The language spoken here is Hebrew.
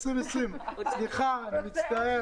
סליחה, אני מצטער.